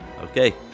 okay